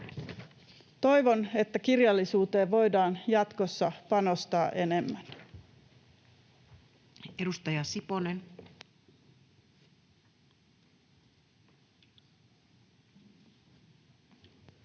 Toivon, että kirjallisuuteen voidaan jatkossa panostaa enemmän.